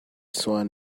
swan